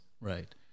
Right